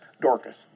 Dorcas